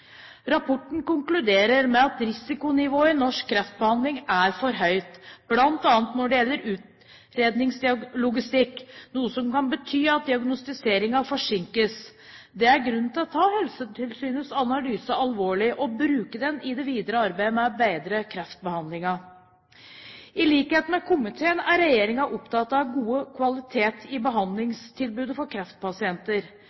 Rapporten konkluderer med at risikonivået i norsk kreftbehandling er for høyt, bl.a. når det gjelder utredningslogistikk – noe som kan bety at diagnostiseringen forsinkes. Det er grunn til å ta Helsetilsynets analyse alvorlig og bruke den i det videre arbeidet med å bedre kreftbehandlingen. I likhet med komiteen er regjeringen opptatt av god kvalitet i